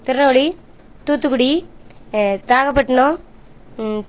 Tirunelveli Thoothukudi Nagapattinam